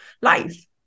life